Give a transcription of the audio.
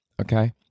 Okay